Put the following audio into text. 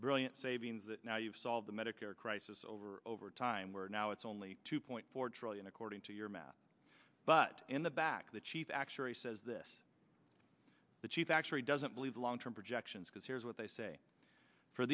brilliant savings that now you've solved the medicare crisis over over time we're now it's only two point four trillion according to your math but in the back the chief actuary says this the chief actuary doesn't believe long term projections because here's what they say for